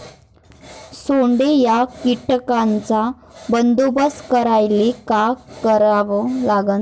सोंडे या कीटकांचा बंदोबस्त करायले का करावं लागीन?